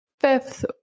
fifth